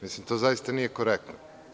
Mislim da to zaista nije korektno.